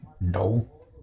no